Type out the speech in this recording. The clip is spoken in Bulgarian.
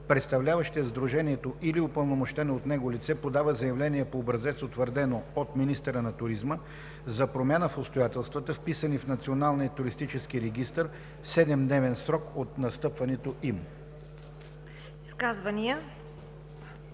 представляващият сдружението или упълномощено от него лице подава заявление по образец, утвърдено от министъра на туризма, за промяна в обстоятелствата, вписани в Националния туристически регистър, в 7-дневен срок от настъпването им.“